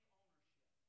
ownership